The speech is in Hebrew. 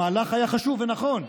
המהלך היה חשוב ונכון,